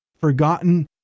forgotten